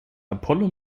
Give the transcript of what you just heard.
apollo